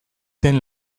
den